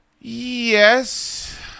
Yes